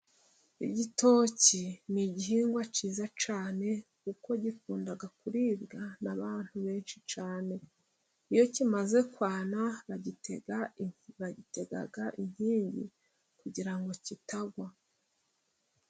Igitoki ni igihingwa cyiza cyane kuko gikunda kuribwa n'abantu benshi cyane, iyo kimaze kwana bagitega inkingi kugira ngo kitagwa.